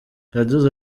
yagize